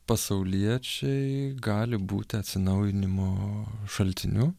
pasauliečiai gali būti atsinaujinimo šaltiniu